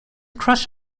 crush